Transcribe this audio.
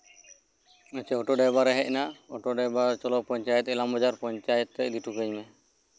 ᱟᱪᱪᱷᱟ auto driver ᱮ ᱦᱮᱡ ᱱᱟ ᱚᱴᱳ ᱰᱨᱟᱭᱵᱷᱟᱨ ᱪᱚᱞᱚ ᱤᱞᱟᱢᱵᱟᱡᱟᱨ ᱯᱚᱧᱪᱟᱭᱮᱛ ᱤᱫᱤ ᱦᱚᱴᱚ ᱠᱟᱹᱧ ᱢᱮ